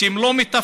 שהם לא מתפקדים,